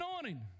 anointing